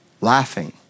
laughing